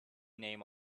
name